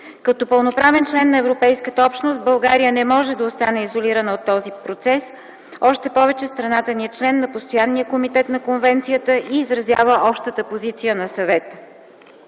Като пълноправен член на Европейската общност България не може да остане изолирана от този процес, още повече страната ни е член на Постоянния комитет на Конвенцията и изразява общата позиция на Съвета.